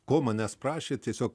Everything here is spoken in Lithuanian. ko manęs prašė tiesiog